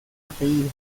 apellido